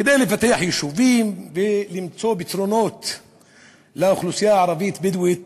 כדי לפתח יישובים ולמצוא פתרונות לאוכלוסייה הערבית-בדואית